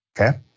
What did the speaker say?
okay